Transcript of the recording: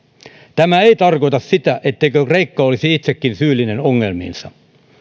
tämä ei tarkoita sitä etteikö kreikka olisi itsekin syyllinen ongelmiinsa